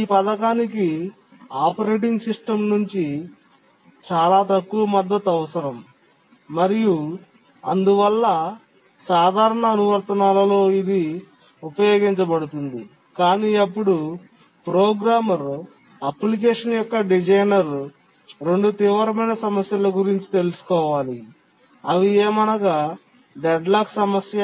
ఈ పథకానికి operating system నుండి చాలా తక్కువ మద్దతు అవసరం మరియు అందువల్ల సాధారణ అనువర్తనాల్లో ఇది ఉపయోగించబడుతుంది కాని అప్పుడు ప్రోగ్రామర్ అప్లికేషన్ యొక్క డిజైనర్ రెండు తీవ్రమైన సమస్యల గురించి తెలుసుకోవాలి అవి ఏమనగా డెడ్లాక్ సమస్య